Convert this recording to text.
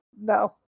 no